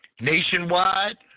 nationwide